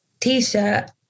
t-shirt